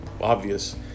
obvious